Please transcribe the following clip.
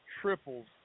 triples